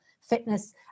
Fitness